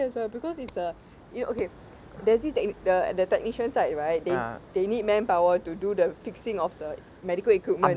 also because it's a you okay there's this that the technician side right they they need manpower to do the fixing of the medical equipment